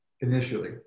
initially